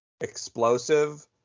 explosive